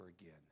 again